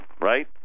right